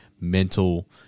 mental